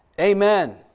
Amen